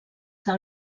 del